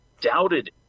doubted